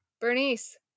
Bernice